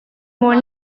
more